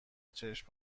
چشم